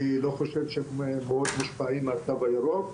אני לא חושב שהם מאוד מושפעים מהתו הירוק.